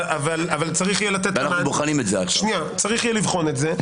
אבל צריך יהיה לבחון את זה,